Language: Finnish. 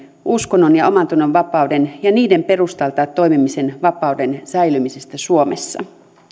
uskonnon ja omantunnonvapauden ja niiden perustalta toimimisen vapauden säilymisestä suomessa